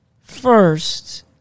first